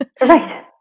Right